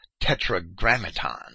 Tetragrammaton